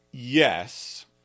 Yes